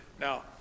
Now